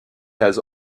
has